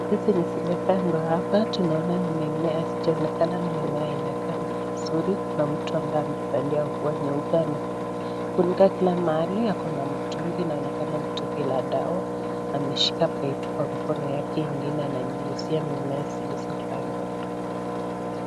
Hizi zimepandwa hapa tunaona ni mimea hazijaonekana ni mimea aina gani vizuri na mtu ambaye amevalia nguo nyeupe amejifunika kila mahali akona mtungi inaonekana mtungi la dawa ameshika pipe kwa mkono yake ingine ananyunyizia mimea zilizo pandwa hapa.